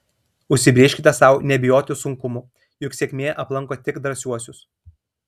užsibrėžkite sau nebijoti sunkumų juk sėkmė aplanko tik drąsiuosius